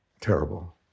Terrible